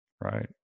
Right